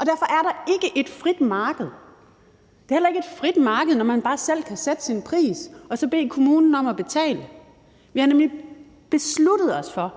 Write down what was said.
Derfor er der ikke et frit marked. Det er heller ikke et frit marked, når man bare selv kan sætte sin pris og så bede kommunen om at betale. Vi har nemlig besluttet os for,